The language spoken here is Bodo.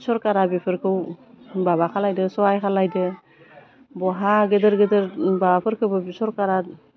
सरकारा बेफोरखौ माबा खालायदो सहाय खालामदो बहा गेदेर गेदेर माबाफोरखौबो सरकारा